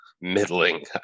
middling